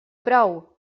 prou